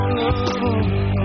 love